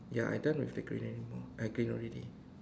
ya I done with the green anymore uh green already